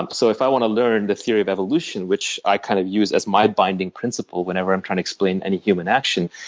ah so if i want to learn the theory of evolution, which i kind of use as my binding principle whenever i'm trying to explain any human action,